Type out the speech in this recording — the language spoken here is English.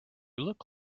look